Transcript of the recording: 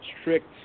strict